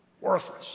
Worthless